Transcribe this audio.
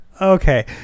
Okay